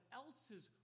else's